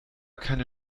keine